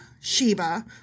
Sheba